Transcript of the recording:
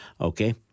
Okay